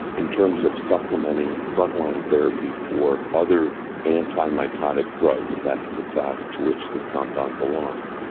in terms of supplementing front-line therapy for other antimitotic drugs, that's the class to which this compound belongs,